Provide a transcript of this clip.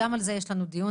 גם על זה יש לנו דיון